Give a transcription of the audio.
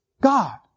God